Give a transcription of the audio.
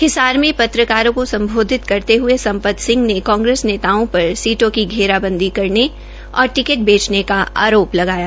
हिसार में पत्रकारों को सम्बोधित करते हये सम्पत सिंह ने कांग्रेस नेताओं पर सीटों की घेराबंदी करने और टिकट बेचने का आरोप लगाया